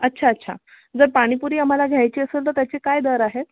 अच्छा अच्छा जर पाणीपुरी आम्हाला घ्यायची असेल तर त्याचे काय दर आहेत